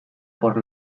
por